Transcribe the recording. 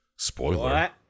Spoiler